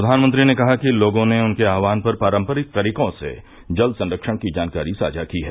प्रधानमंत्री ने कहा कि लोगों ने उनके आहवान पर पारंपरिक तरीकों से जल संरक्षण की जानकारी साझा की है